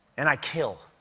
and i kill.